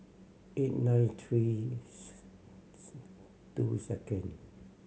eight nine three two second